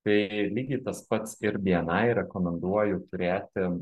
tai lygiai tas pats ir bni rekomenduoju turėti